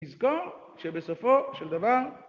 תזכור שבסופו של דבר